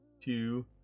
two